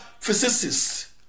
physicists